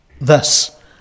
thus